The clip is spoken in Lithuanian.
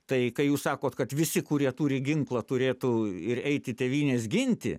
tai ką jūs sakot kad visi kurie turi ginklą turėtų ir eiti tėvynės ginti